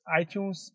iTunes